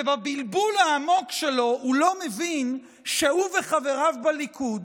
ובבלבול העמוק שלו הוא לא מבין שהוא וחבריו בליכוד,